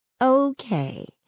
Okay